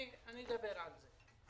אני אדבר על זה.